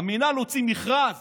המינהל הוציא מכרז